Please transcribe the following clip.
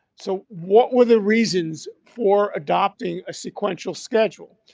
so, what were the reasons for adopting a sequential schedule?